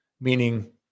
meaning